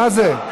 מה זה?